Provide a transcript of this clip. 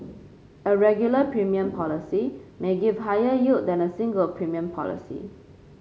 a regular premium policy may give higher yield than a single premium policy